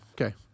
Okay